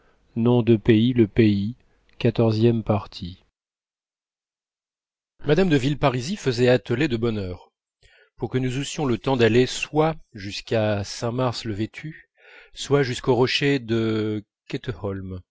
mme de villeparisis faisait atteler de bonne heure pour que nous eussions le temps d'aller soit jusqu'à saint mars le vêtu soit jusqu'aux rochers de